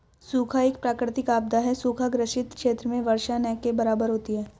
सूखा एक प्राकृतिक आपदा है सूखा ग्रसित क्षेत्र में वर्षा न के बराबर होती है